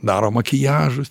daro makiažus